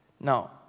Now